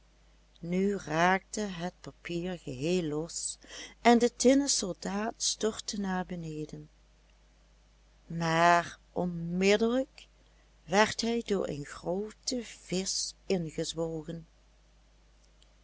nu raakte het papier geheel los en de tinnen soldaat stortte naar beneden maar onmiddellijk werd hij door een grooten visch ingezwolgen